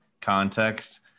context